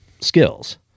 skills